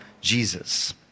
Jesus